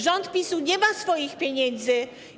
Rząd PiS-u nie ma swoich pieniędzy.